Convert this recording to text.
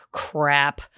crap